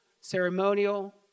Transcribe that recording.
ceremonial